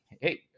hey